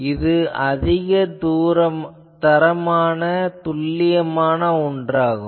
இது அதிக தரமான துல்லியமான ஒன்றாகும்